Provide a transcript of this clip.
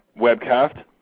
webcast